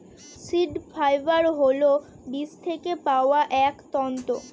seed fibre হল বীজ থেকে পাওয়া এক তন্তু